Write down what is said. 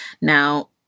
Now